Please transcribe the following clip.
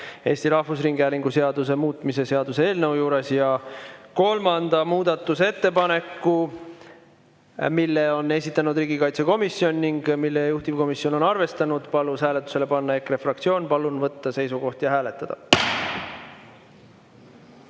seaduse ja teiste seaduste muutmise seaduse eelnõu juures. Kolmanda muudatusettepaneku, mille on esitanud riigikaitsekomisjon ning mida juhtivkomisjon on arvestanud, palus hääletusele panna EKRE fraktsioon. Palun võtta seisukoht ja hääletada!